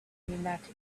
pneumatic